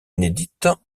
inédite